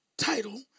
title